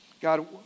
God